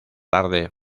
tarde